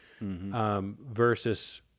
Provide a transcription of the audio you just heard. versus